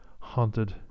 haunted